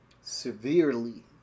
severely